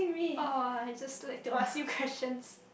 oh I just like to ask you questions